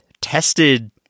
tested